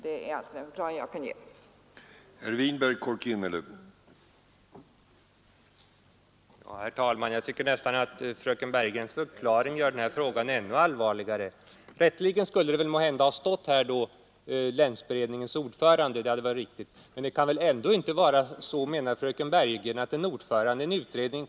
Detta är den förklaring som jag här kan lämna.